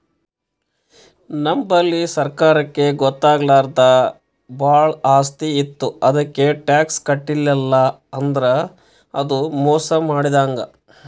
ನಮ್ ಬಲ್ಲಿ ಸರ್ಕಾರಕ್ಕ್ ಗೊತ್ತಾಗ್ಲಾರ್ದೆ ಭಾಳ್ ಆಸ್ತಿ ಇತ್ತು ಅದಕ್ಕ್ ಟ್ಯಾಕ್ಸ್ ಕಟ್ಟಲಿಲ್ಲ್ ಅಂದ್ರ ಅದು ಮೋಸ್ ಮಾಡಿದಂಗ್